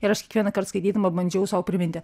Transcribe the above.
ir aš kiekvienąkart skaitydama bandžiau sau priminti